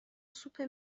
سوپ